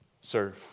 serve